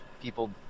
People